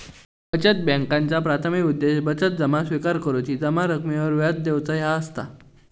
बचत बॅन्कांचा प्राथमिक उद्देश बचत जमा स्विकार करुची, जमा रकमेवर व्याज देऊचा ह्या असता